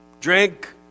drink